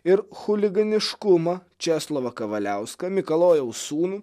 ir chuliganiškumą česlovą kavaliauską mikalojaus sūnų